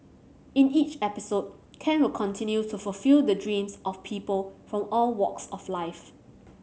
in each episode Ken will continue to fulfil the dreams of people from all walks of life